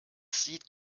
sieht